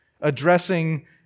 addressing